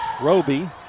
Roby